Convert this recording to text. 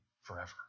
forever